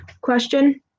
question